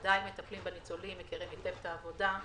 עדיין מטפלים בניצולים ומכירים היטב את העבודה.